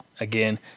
again